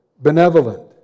benevolent